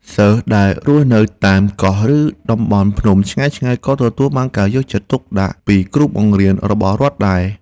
សិស្សដែលរស់នៅតាមកោះឬតំបន់ភ្នំឆ្ងាយៗក៏ទទួលបានការយកចិត្តទុកដាក់ពីគ្រូបង្រៀនរបស់រដ្ឋដែរ។